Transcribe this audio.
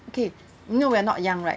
okay no we are not young right